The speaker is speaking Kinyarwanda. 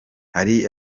hari